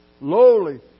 lowly